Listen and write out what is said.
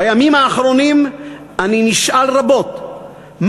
בימים האחרונים אני נשאל רבות,